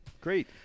Great